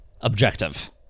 objective